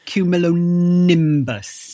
Cumulonimbus